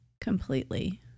Completely